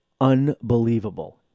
unbelievable